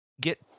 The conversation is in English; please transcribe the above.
get